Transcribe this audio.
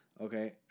okay